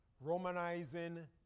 Romanizing